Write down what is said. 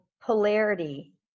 polarity